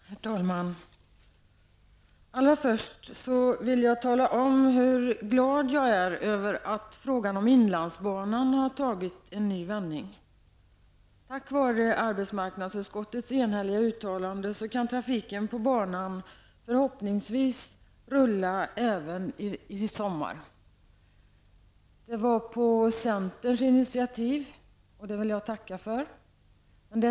Herr talman! Allra först vill jag tala om att jag är mycket glad över vändningen i frågan om inlandsbanan. Tack vare arbetsmarknadsutskottets enhälliga uttalande kan trafiken på denna bana, förhoppningsvis, rulla även den här sommaren. Detta är möjligt genom centerns initiativ i detta avseende, och för detta tackar jag er i centern.